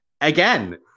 again